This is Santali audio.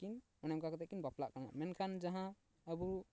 ᱠᱤᱱ ᱚᱱᱮ ᱚᱱᱠᱟ ᱠᱟᱛᱮ ᱠᱤᱱ ᱵᱟᱯᱞᱟ ᱠᱟᱱᱟ ᱢᱮᱱᱠᱷᱟᱱ ᱡᱟᱦᱟᱸ ᱟᱵᱚ